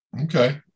Okay